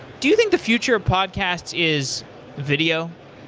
do you think the future podcast is video?